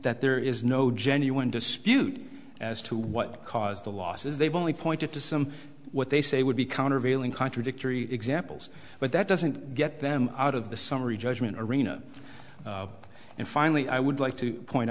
that there is no genuine dispute as to what caused the losses they've only pointed to some what they say would be countervailing contradictory examples but that doesn't get them out of the summary judgment arena and finally i would like to point